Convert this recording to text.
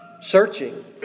searching